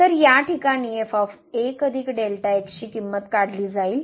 तर या ठिकाणी ची किंमत काढली जाईल